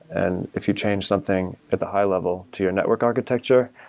and if you change something at the high level to your network architecture,